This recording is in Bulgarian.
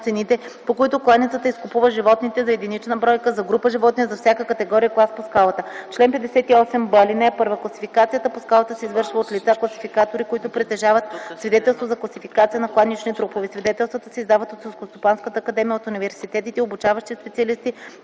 по които кланицата изкупува животните, за единична бройка, за група животни, за всяка категория и клас по скалата. Чл. 58б. (1) Класификацията по скалата се извършва от лица - класификатори, които притежават свидетелство за класификация на кланични трупове. Свидетелствата се издават от Селскостопанската академия, от университетите, обучаващи специалисти